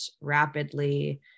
rapidly